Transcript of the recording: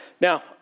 Now